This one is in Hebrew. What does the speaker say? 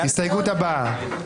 ההסתייגות נפלה.